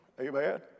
Amen